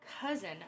cousin